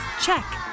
Check